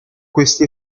questi